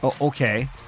Okay